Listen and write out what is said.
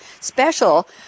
special